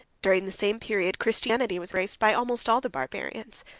during the same period, christianity was embraced by almost all the barbarians,